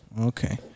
Okay